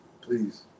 please